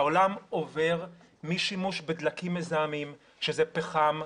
העולם עובר משימוש בדלקים מזהמים שזה פחם,